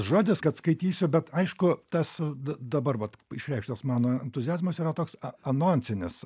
žodis kad skaitysiu bet aišku tas d dabar vat išreikštas mano entuziazmas yra toks a anonsinis